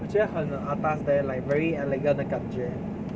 我觉得很 err atas leh like very elegant 的感觉